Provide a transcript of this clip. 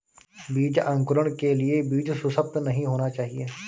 बीज अंकुरण के लिए बीज सुसप्त नहीं होना चाहिए